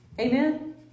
Amen